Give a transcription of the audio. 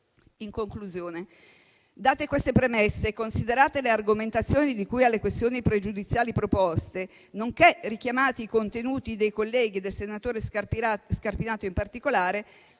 In conclusione, date queste premesse e considerate le argomentazioni di cui alle questioni pregiudiziali proposte, nonché richiamati i contenuti delle proposte dei colleghi e del senatore Scarpinato in particolare,